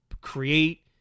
create